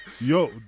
Yo